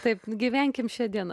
taip gyvenkim šia diena